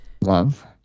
love